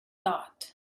thought